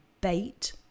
bait